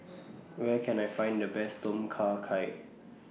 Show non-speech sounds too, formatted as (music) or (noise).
(noise) Where Can I Find The Best Tom Kha Gai